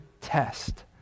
test